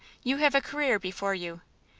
you have a career before you,